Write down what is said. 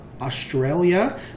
australia